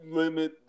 limit